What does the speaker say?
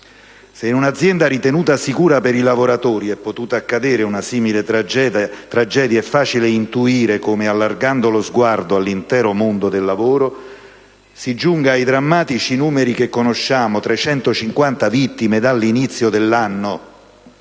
Se in un'azienda ritenuta sicura per i lavoratori è potuta accadere una simile tragedia è facile intuire come, allargando lo sguardo all'intero mondo del lavoro, si giunga ai drammatici numeri che conosciamo: 350 vittime dall'inizio dell'anno,